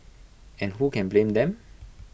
and who can blame them